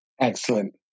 Excellent